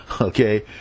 okay